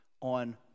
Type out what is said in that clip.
on